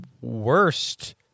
worst